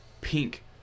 pink